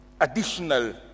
additional